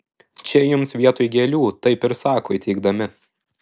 čia jums vietoj gėlių taip ir sako įteikdami